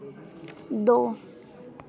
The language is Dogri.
दो